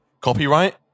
copyright